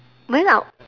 when are